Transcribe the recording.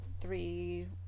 three